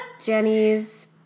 Jenny's